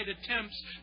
attempts